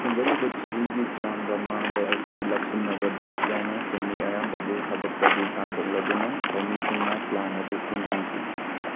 ꯍꯦꯟꯒꯠꯂꯤꯕ ꯆꯍꯤꯒꯤ ꯆꯥꯡꯒ ꯃꯥꯡꯕ ꯑꯁꯤ ꯂꯥꯛꯁꯤꯟꯅꯕ ꯗꯤꯂꯤꯞ ꯌꯥꯎꯅ ꯁꯤꯟꯃꯤ ꯑꯌꯥꯝꯕꯕꯨ ꯊꯕꯛꯇꯒꯤ ꯇꯥꯟꯊꯣꯛꯂꯗꯨꯅ ꯊꯧꯃꯤꯁꯤꯡꯅ ꯄ꯭ꯂꯥꯟ ꯑꯗꯨ ꯊꯤꯡꯖꯤꯟꯈꯤ